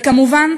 וכמובן,